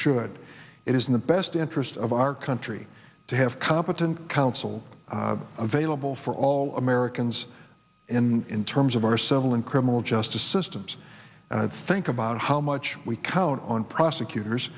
should it is in the best interest of our country to have competent counsel available for all americans in terms of our civil and criminal justice systems and i think about how much we count on prosecutors